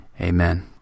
Amen